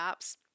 apps